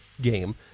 game